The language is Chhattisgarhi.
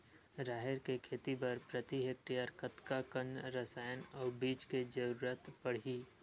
राहेर के खेती बर प्रति हेक्टेयर कतका कन रसायन अउ बीज के जरूरत पड़ही?